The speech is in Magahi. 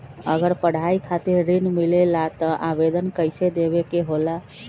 अगर पढ़ाई खातीर ऋण मिले ला त आवेदन कईसे देवे के होला?